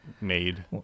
made